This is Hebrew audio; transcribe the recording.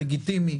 לגיטימי.